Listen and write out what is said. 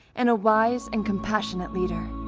and a wise and compassionate leader.